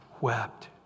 wept